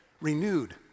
renewed